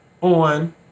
on